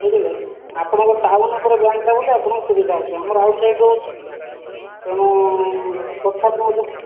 ବୁଝିଲେ ଆପଣଙ୍କର ଟାଉନ ଉପରେ ବ୍ୟାଙ୍କ୍ ଟା ବୋଲି ଆପଣଙ୍କୁ ସୁବିଧା ହେଉଛି ଆମର ଆଉଟ୍ ସାଇଡ୍ କୁ ରହୁଛି ତେଣୁ ତଥାପି